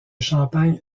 champagne